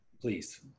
please